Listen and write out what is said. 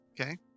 Okay